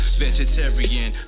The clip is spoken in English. vegetarian